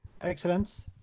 Excellent